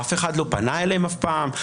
אף אחד לא פנה אליהם אף פעם.